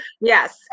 Yes